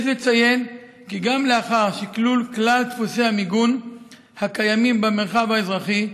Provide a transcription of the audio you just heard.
יש לציין כי גם לאחר שקלול כלל דפוסי המיגון הקיימים במרחב האזרחי,